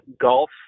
golf